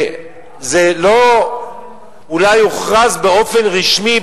זה אולי לא הוכרז באופן רשמי,